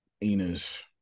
Ina's